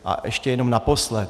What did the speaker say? A ještě jenom naposled.